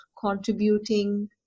contributing